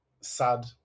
sad